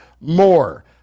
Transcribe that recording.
more